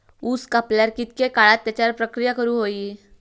ऊस कापल्यार कितके काळात त्याच्यार प्रक्रिया करू होई?